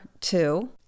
two